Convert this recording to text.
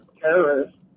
terrorists